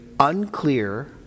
unclear